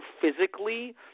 physically